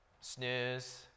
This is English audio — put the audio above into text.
Snooze